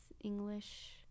english